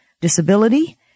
disability